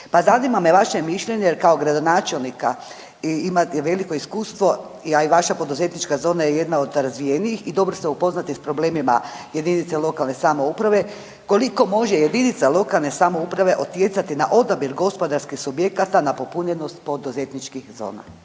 zanima me vaše mišljenje, jer kao gradonačelnika i imate veliko iskustvo, a i vaša poduzetnička zona je jedna od razvijenijih i dobro ste upoznati s problemima jedinicama lokalne samouprave, koliko može jedinica lokalne samouprave utjecati na odabir gospodarskih subjekata na popunjenost poduzetničkih zona?